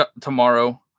tomorrow